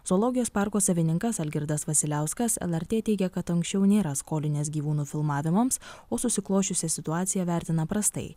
zoologijos parko savininkas algirdas vasiliauskas lrt teigia kad anksčiau nėra skolinęs gyvūnų filmavimams o susiklosčiusią situaciją vertina prastai